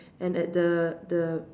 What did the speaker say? and at the the